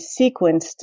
sequenced